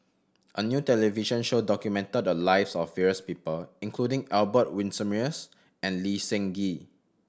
a new television show documented the lives of various people including Albert Winsemius and Lee Seng Gee